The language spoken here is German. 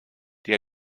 die